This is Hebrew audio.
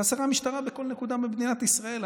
חסרה משטרה בכל נקודה במדינת ישראל.